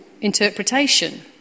interpretation